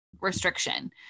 restriction